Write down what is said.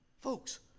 Folks